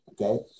okay